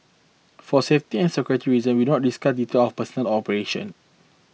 for safety and security reason we don't discuss detail of personnel or operation